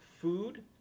food